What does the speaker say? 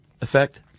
effect